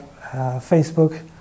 Facebook